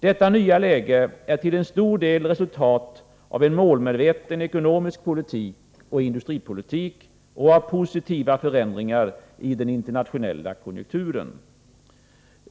Detta nya läge är till stor del resultat av en målmedveten ekonomisk politik och industripolitik och av en positiv förändring i den internationella konjunkturen.